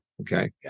okay